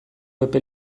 epe